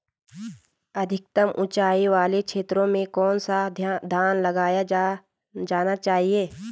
अधिक उँचाई वाले क्षेत्रों में कौन सा धान लगाया जाना चाहिए?